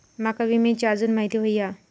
माका विम्याची आजून माहिती व्हयी हा?